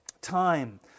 time